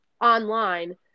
online